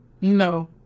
no